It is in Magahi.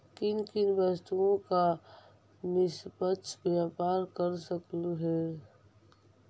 किन किन वस्तुओं का निष्पक्ष व्यापार कर सकलू हे